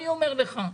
אני אומר לך: